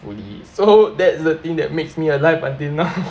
~fully so that's the thing that makes me alive until now